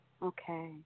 Okay